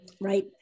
right